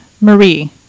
Marie